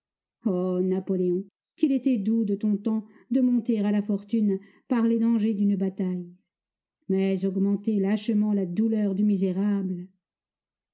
napoléon qu'il était doux de ton temps de monter à la fortune par les dangers d'une bataille mais augmenter lâchement la douleur du misérable